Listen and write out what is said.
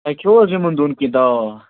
تۄہہِ کھیٚو حظ یِمن دۄہن کیٚنٛہہ دَواہ وواہ